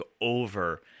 over